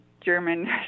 German